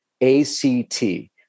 A-C-T